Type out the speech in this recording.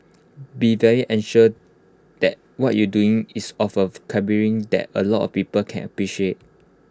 be very assured that what you're doing is of A calibre that A lot of people can appreciate